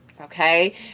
Okay